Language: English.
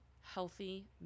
healthy